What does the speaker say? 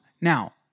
Now